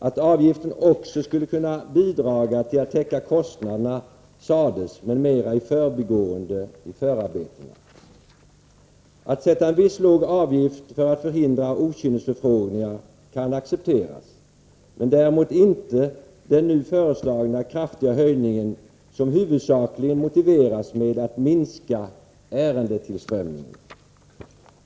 Att avgiften också skulle kunna bidraga till att täcka kostnaderna sades men mera i förbigående i förarbetena. Att sätta en viss låg avgift för att förhindra okynnesförfrågningar kan accepteras, men däremot inte den nu föreslagna kraftiga höjningen som huvudsakligen motiveras med att minska ärendetillströmningen.